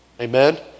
Amen